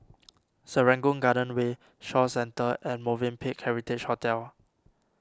Serangoon Garden Way Shaw Centre and Movenpick Heritage Hotel